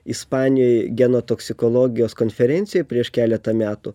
ispanijoj geno toksikologijos konferencijoj prieš keletą metų